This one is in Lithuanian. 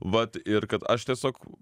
vat ir kad aš tiesiog